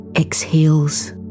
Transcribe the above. exhales